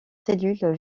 cellules